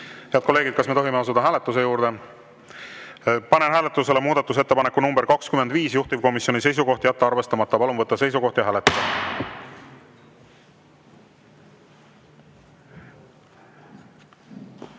Head kolleegid, kas me tohime asuda hääletuse juurde? Panen hääletusele muudatusettepaneku nr 26, juhtivkomisjoni seisukoht on jätta arvestamata. Palun võtta seisukoht ja hääletada!